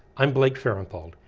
i'm blake farenthold,